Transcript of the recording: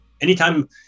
anytime